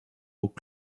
haut